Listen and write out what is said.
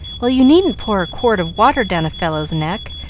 well, you needn't pour a quart of water down a fellow's neck,